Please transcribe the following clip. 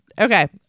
Okay